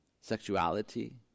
sexuality